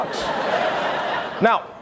Now